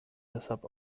deshalb